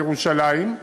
או ירושלים,